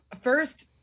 first